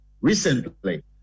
recently